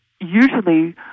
usually